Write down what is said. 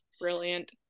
Brilliant